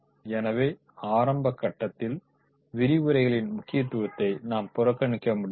எனவே ஆரம்பக் கட்டத்தில் விரிவுரைகளின் முக்கியத்துவத்தை நாம் புறக்ணிக்க முடியாது